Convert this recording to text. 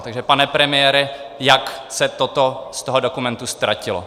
Takže pane premiére, jak se toto z toho dokumentu ztratilo?